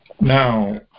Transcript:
Now